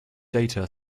data